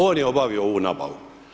On je obavio ovu nabavu.